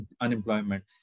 unemployment